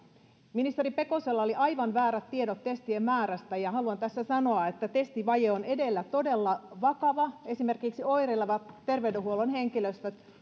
ministeri pekosella oli aivan väärät tiedot testien määrästä ja haluan tässä sanoa että testivaje on edelleen todella vakava esimerkiksi oireileva terveydenhuollon henkilöstö